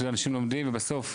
אתה יודע אנשים לומדים ובסוף.